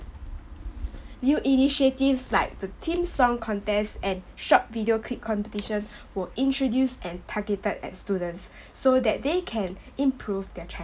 real initiatives like the theme song contest and short video clip competition were introduced and targeted at students so that they can improve their chi~